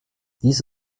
dies